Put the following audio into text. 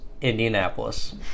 Indianapolis